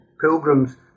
pilgrims